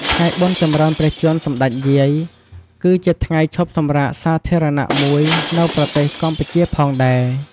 ថ្ងៃបុណ្យចម្រើនព្រះជន្ម សម្តេចយាយគឺជាថ្ងៃឈប់សម្រាកសាធារណៈមួយនៅប្រទេសកម្ពុជាផងដែរ។